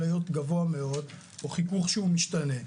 להיות גבוה מאוד או חיכוך שהוא משתנה.